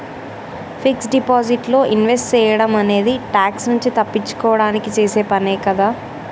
fixed deposit లో invest సేయడం అనేది ట్యాక్స్ నుంచి తప్పించుకోడానికి చేసే పనే కదా